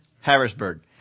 Harrisburg